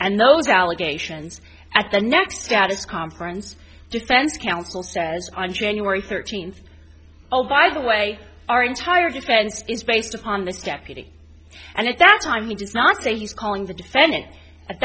and those allegations at the next status conference defense counsel says on january thirteenth oh by the way our entire defense is based upon this deputy and at that time he does not say he's calling the defendant at